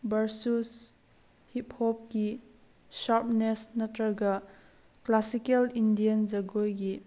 versus ꯍꯤꯞ ꯍꯣꯞꯀꯤ sharpness ꯅꯠꯇ꯭ꯔꯒ ꯀ꯭ꯂꯥꯁꯤꯀꯦꯜ ꯏꯟꯗꯤꯌꯥꯟ ꯖꯒꯣꯏꯒꯤ